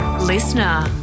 Listener